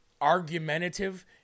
argumentative